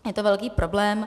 Je to velký problém.